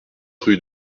rue